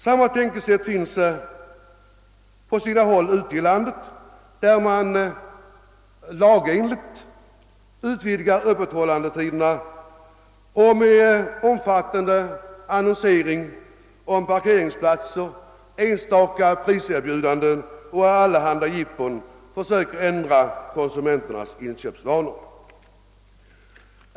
Samma tänkesätt finns på sina håll ute i landet, där man lagenligt utvidgar öppethållandetiderna och med omfattande annonsering om parkesringsplatser, enstaka priserbjudanden och allehanda jippon försöker ändra konsumenternas inköpsvanor.